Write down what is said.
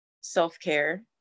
self-care